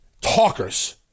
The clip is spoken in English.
talkers